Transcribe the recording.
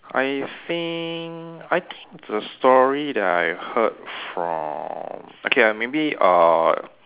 I think I think the story that I heard from okay ah maybe uh